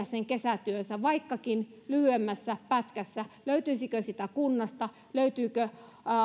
sen kesätyönsä vaikkakin lyhyemmässä pätkässä löytyisikö sitä kunnasta löytyykö